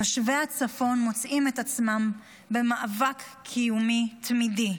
תושבי הצפון מוצאים את עצמם במאבק קיומי תמידי.